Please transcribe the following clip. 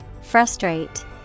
Frustrate